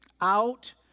out